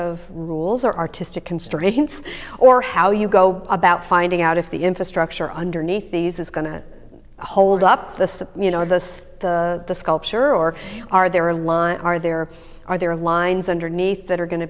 of rules or artistic constraints or how you go about finding out if the infrastructure underneath these is going to hold up the you know the sculpture or are there a line are there or are there of lines underneath that are going to